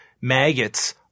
maggots